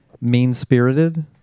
mean-spirited